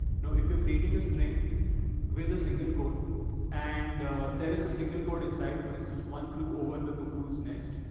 now, if you're creating a string with a single code and there is a single code inside, for instance, one flew over the cuckoo's nest.